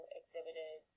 exhibited